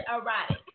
erotic